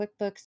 QuickBooks